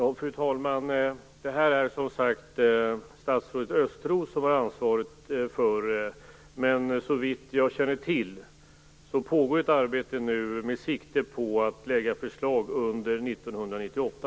Fru talman! Det är som sagt statsrådet Östros som har ansvaret för den här frågan. Men så vitt jag känner till pågår det ett arbete med sikte på att lägga fram förslag under 1998.